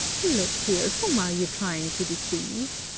look here, whom are you trying to deceive?